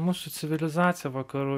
mūsų civilizacija vakarų